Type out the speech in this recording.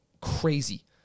crazy